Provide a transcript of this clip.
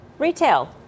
Retail